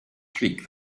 streak